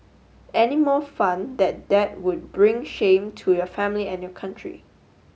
any more fun that that would bring shame to your family and your country